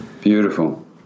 Beautiful